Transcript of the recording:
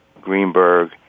Greenberg